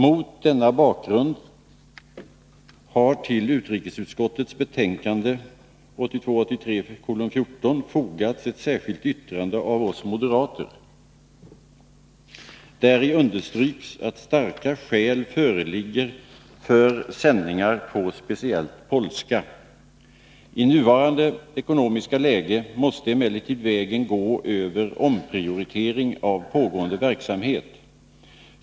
Mot denna bakgrund har till utrikesutskottets betänkande 1982/83:14 fogats ett särskilt yttrande av oss moderater. Däri understryks att starka skäl föreligger för sändningar på speciellt polska. I nuvarande ekonomiska läge måste emellertid vägen gå över omprioritering av pågående verksamhet.